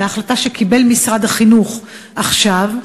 בהחלטה שקיבל משרד החינוך עכשיו,